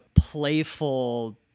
playful